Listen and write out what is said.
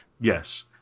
Yes